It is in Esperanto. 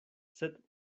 sed